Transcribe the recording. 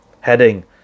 Heading